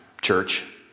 church